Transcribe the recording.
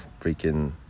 freaking